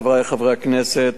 חברי חברי הכנסת,